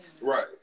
right